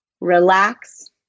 Relax